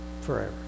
forever